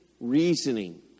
reasoning